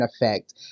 effect